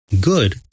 Good